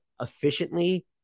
efficiently